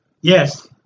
Yes